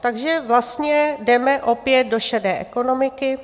Takže vlastně jdeme opět do šedé ekonomiky.